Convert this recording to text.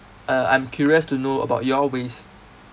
uh I'm curious to know about your ways